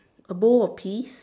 a bowl of peas